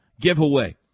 giveaway